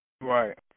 right